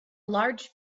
large